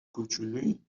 کوچولویی